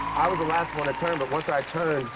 i was the last one to turn, but once i turned,